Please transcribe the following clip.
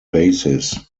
basis